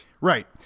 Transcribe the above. Right